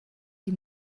die